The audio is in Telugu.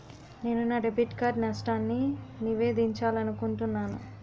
నేను నా డెబిట్ కార్డ్ నష్టాన్ని నివేదించాలనుకుంటున్నాను